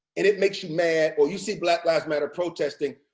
and it makes you mad, or you see black lives matter protesting,